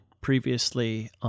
Previously